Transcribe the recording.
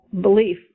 belief